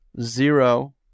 zero